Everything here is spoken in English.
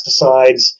pesticides